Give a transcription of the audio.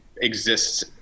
exists